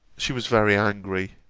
she was very angry.